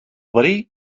verí